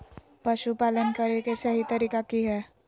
पशुपालन करें के सही तरीका की हय?